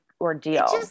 ordeal